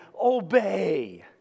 obey